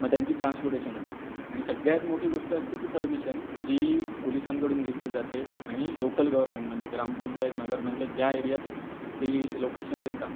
मग त्यांची ट्रान्सपोर्टेशन होते आणि सगळ्यात मोठी गोष्ट असते ती परमिशन जी पोलिसांकडून घेतली जाते आणि लोकल गवर्नमेंट म्हणजे ग्रामपंचायत नगरपंचायत ज्या एरियात ती लोकेशन्स येतात